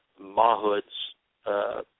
Mahood's